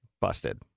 Busted